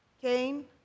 Cain